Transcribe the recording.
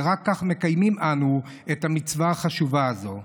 ורק כך מקיימים אנו את המצווה החשובה הזאת.